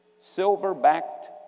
silver-backed